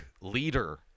leader